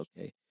okay